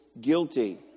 guilty